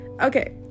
okay